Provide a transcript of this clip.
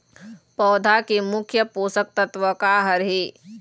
पौधा के मुख्य पोषकतत्व का हर हे?